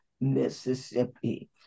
Mississippi